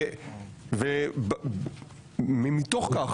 ומתוך כך,